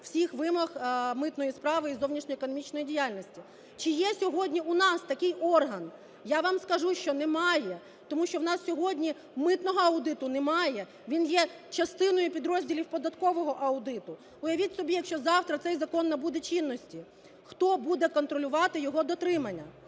всіх вимог митної справи і зовнішньоекономічної діяльності. Чи є сьогодні у нас такий орган? Я вам скажу, що немає. Тому що в нас сьогодні митного аудиту немає, він є частиною підрозділів податкового аудиту. Уявіть собі, якщо завтра цей закон набуде чинності, хто буде контролювати його дотримання?